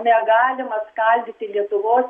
negalima skaldyti lietuvos